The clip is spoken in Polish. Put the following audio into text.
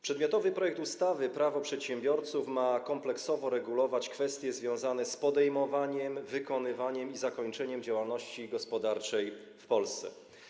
Przedmiotowy projekt ustawy Prawo przedsiębiorców ma kompleksowo regulować kwestie związane z podejmowaniem, wykonywaniem i zakańczaniem działalności gospodarczej w Polsce.